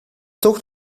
toch